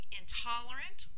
intolerant